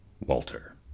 Walter